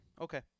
Okay